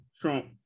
Trump